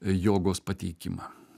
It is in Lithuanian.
jogos pateikimą